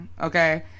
Okay